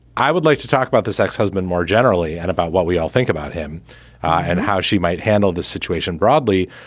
i would like to talk about this ex-husband more generally and about what we all think about him and how she might handle the situation broadly.